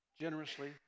generously